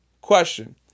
Question